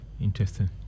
interesting